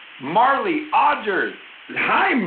marli odgers. hi,